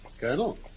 Colonel